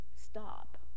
stop